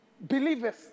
believers